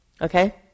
Okay